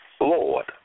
Lord